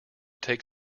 take